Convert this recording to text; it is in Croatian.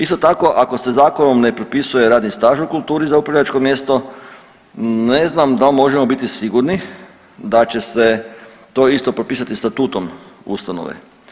Isto tako, ako se zakonom ne propisuje radni staž u kulturi za upravljačko mjesto, ne znam da li možemo biti sigurni da će se to isto propisati statutom ustanove.